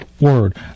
Word